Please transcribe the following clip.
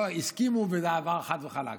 לא הסכימו וזה עבר חד וחלק,